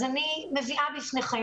אני מביאה את זה בפניכם.